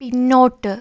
പിന്നോട്ട്